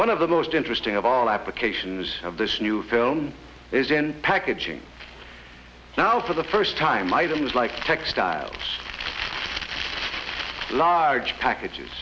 one of the most interesting of all applications of this new film is in packaging now for the first time items like textiles large packages